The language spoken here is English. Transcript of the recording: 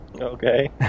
Okay